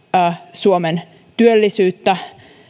suomen työllisyyttä